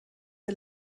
der